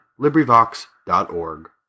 LibriVox.org